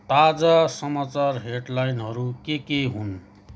ताजा समाचार हेडलाइनहरू के के हुन्